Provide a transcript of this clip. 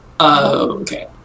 Okay